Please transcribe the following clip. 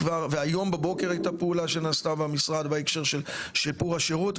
וכבר היום בבוקר הייתה פעולה שנעשתה במשרד בהקשר של שיפור השירות,